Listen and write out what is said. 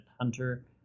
Hunter